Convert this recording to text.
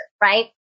right